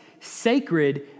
Sacred